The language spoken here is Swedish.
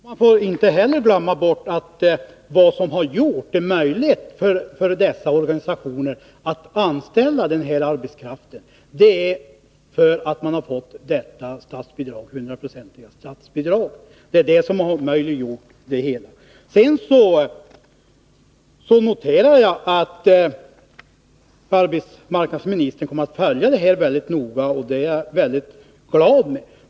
Herr talman! Man får inte heller glömma bort att det som gjort det möjligt för nämnda organisationer att anställa den aktuella arbetskraften är just det hundraprocentiga statsbidraget. Vidare noterar jag att arbetsmarknadsministern kommer att följa frågan väldigt noga, och det är jag mycket glad över.